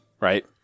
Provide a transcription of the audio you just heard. right